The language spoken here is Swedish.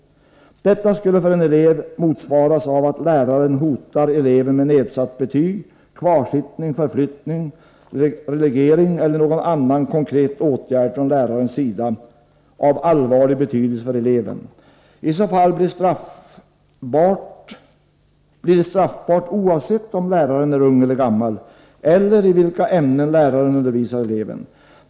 Detta skulle för en elev motsvaras av att läraren hotar eleven med nedsatt betyg, kvarsittning, förflyttning, relegering eller någon annan konkret åtgärd från lärarens sida av allvarlig betydelse för eleven. I så fall blir det straffbart oavsett om läraren är ung eller gammal och oavsett i vilka ämnen läraren undervisar eleven.